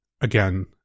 again